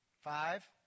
Five